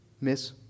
miss